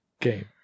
game